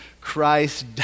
Christ